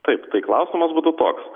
taip tai klausimas būtų toks